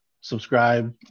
subscribe